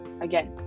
Again